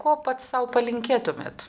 ko pats sau palinkėtumėt